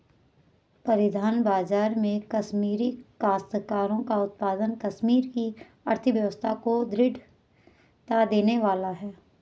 परिधान बाजार में कश्मीरी काश्तकारों का उत्पाद कश्मीर की अर्थव्यवस्था को दृढ़ता देने वाला है